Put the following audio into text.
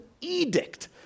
edict